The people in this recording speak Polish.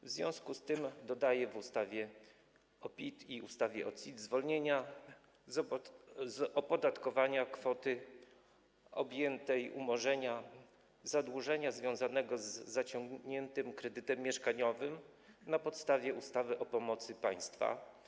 W związku z tym dodaje w ustawie o PIT i ustawie o CIT zwolnienia z opodatkowania kwoty obejmującej umorzenie zadłużenia związanego z zaciągniętym kredytem mieszkaniowym na podstawie ustawy o pomocy państwa.